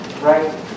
right